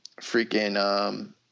freaking –